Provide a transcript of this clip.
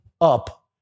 up